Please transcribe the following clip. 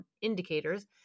indicators